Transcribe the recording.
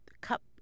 cup